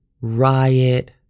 riot